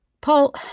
Paul